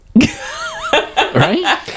Right